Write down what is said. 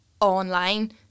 online